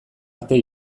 arte